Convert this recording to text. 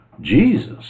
Jesus